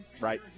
Right